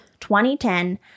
2010